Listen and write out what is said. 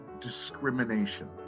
discrimination